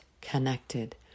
connected